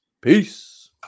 Peace